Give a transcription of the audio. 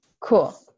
Cool